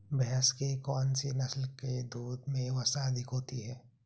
भैंस की कौनसी नस्ल के दूध में वसा अधिक होती है?